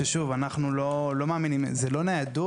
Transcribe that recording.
ששוב, אנחנו לא מאמינים, זה לא ניידות.